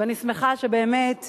ואני שמחה שבאמת,